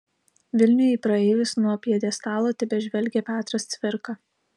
vilniuje į praeivius nuo pjedestalo tebežvelgia petras cvirka